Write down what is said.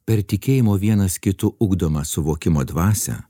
per tikėjimo vienas kitu ugdomą suvokimo dvasią